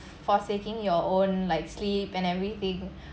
forsaking your own like sleep and everything